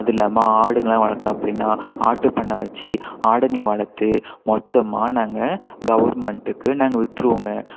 அது இல்லாமல் ஆடுங்கள்லாம் வளர்த்தோம் அப்படின்னா ஆட்டு பண்ணை வச்சு ஆடுங்களை வளர்த்து மொத்தமாக நாங்கள் கவர்மெண்ட்டுக்கு நாங்கள் விற்றுருவோங்க